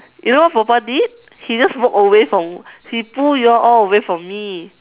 you know papa did he just all away from he pull you all away from me